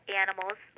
animals